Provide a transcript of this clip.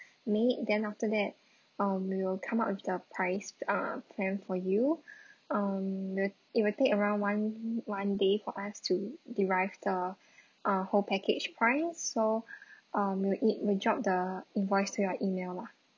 made then after that um we will come up with the price uh planned for you um the it will take around one one day for us to derive the uh whole package price so um we will e~ we'll drop the invoice to your email lah